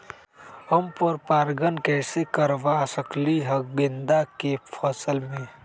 हम पर पारगन कैसे करवा सकली ह गेंदा के फसल में?